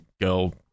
girl